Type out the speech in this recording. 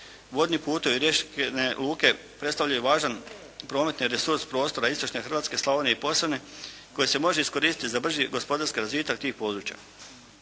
Vodni putevi, riječke luke predstavljaju važan prometni resurs prostora Istočne Hrvatske, Slavonije i Posavine koje se može iskoristiti za brži gospodarski razvitak tih područja.